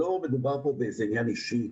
לא מדובר פה באיזה עניין אישי,